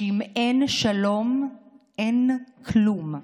שאם אין שלום אין כלום,